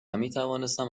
میتوانستم